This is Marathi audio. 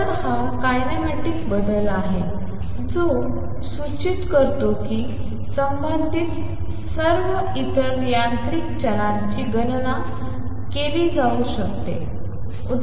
तर हा किनेमॅटिक बदल आहे जो सूचित करतो की संबंधित सर्व इतर यांत्रिक चलांची गणना केली जाऊ शकते